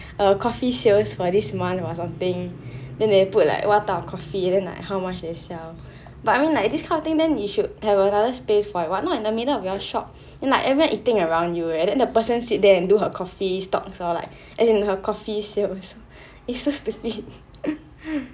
a coffee sales for this month or something then they put like what type of coffee then how much they sell but I mean like this kind of thing then you should have another space for it but not in the middle of your shop like everyone eating around you leh and then the person sit there and do her coffee stocks or like as in her coffee sales it is so stupid